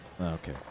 Okay